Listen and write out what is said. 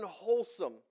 unwholesome